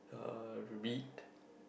uh read